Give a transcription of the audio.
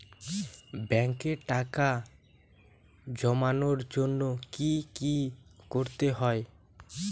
ব্যাংকে টাকা জমানোর জন্য কি কি করতে হয়?